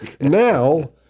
Now